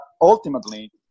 ultimately